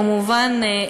כמובן,